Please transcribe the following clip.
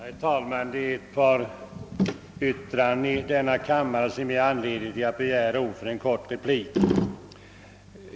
Herr talman! Det är ett par yttranden i denna kammare som givit mig anledning att begära ordet för en kort replik.